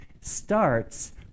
starts